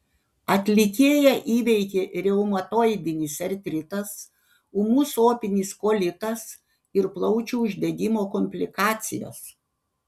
atlikėją įveikė reumatoidinis artritas ūmus opinis kolitas ir plaučių uždegimo komplikacijos